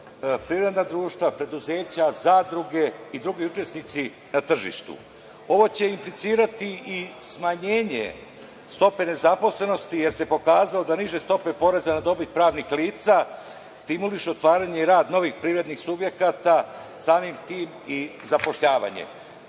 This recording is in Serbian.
privredna društva, preduzeća, zadruge i drugi učesnici na tržištu. Ovo će implicirati i smanjenje stope nezaposlenosti, jer se pokazalo da niže stope poreza na dobit pravnih lica stimulišu otvaranje i rad novih privrednih subjekata, samim tim i zapošljavanje. Mislim